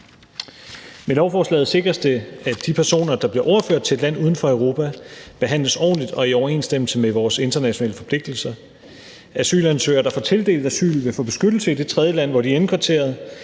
Med lovforslaget sikres det, at de personer, der bliver overført til et land uden for Europa, behandles ordentligt og i overensstemmelse med vores internationale forpligtelser. Asylansøgere, der får tildelt asyl, vil få beskyttelse i det tredjeland, hvor de er indkvarteret.